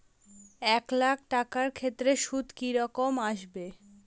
এক লাখ টাকার ক্ষেত্রে সুদ কি রকম আসবে?